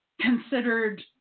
considered